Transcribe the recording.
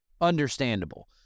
understandable